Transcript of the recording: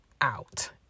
out